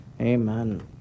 Amen